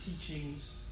teachings